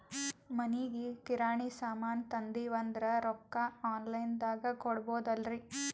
ಮನಿಗಿ ಕಿರಾಣಿ ಸಾಮಾನ ತಂದಿವಂದ್ರ ರೊಕ್ಕ ಆನ್ ಲೈನ್ ದಾಗ ಕೊಡ್ಬೋದಲ್ರಿ?